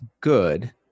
good